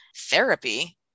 Therapy